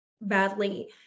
badly